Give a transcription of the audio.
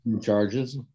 charges